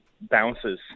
bounces